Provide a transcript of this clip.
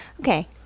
Okay